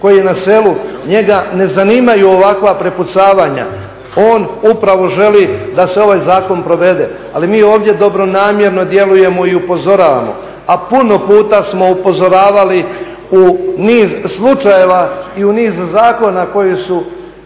koji je na selu, njega ne zanimaju ovakva prepucavanja on upravo želi da se ovaj zakon provede. Ali mi ovdje dobronamjerno djelujemo i upozoravamo a puno puta smo upozoravali u niz slučajeva i u niz zakona koji su